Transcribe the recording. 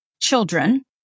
children